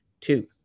two